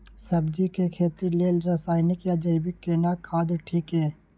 सब्जी के खेती लेल रसायनिक या जैविक केना खाद ठीक ये?